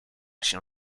się